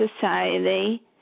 society